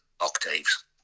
octaves